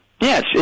Yes